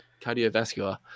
cardiovascular